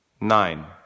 nine